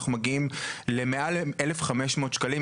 אנחנו מגיעים למעל 1,500 שקלים.